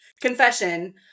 confession